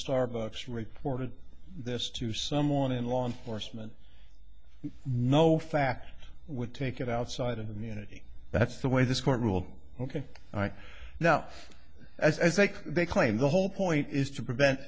starbucks reported this to someone in law enforcement no fact would take it outside of the unity that's the way this court ruled ok right now as i say they claim the whole point is to prevent